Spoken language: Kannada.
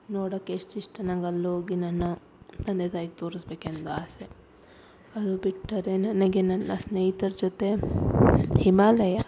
ನೋಡಕ್ಕೆ ಎಷ್ಟು ಇಷ್ಟ ನಂಗೆ ಅಲ್ಲಿ ಹೋಗಿ ನನ್ನ ತಂದೆ ತಾಯಿಗೆ ತೋರಿಸ್ಬೇಕೆಂದ್ ಆಸೆ ಅದು ಬಿಟ್ಟರೆ ನನಗೆ ನನ್ನ ಸ್ನೇಹಿತರ್ ಜೊತೆ ಹಿಮಾಲಯ